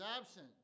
absent